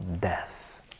death